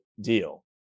deal